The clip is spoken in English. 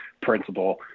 principle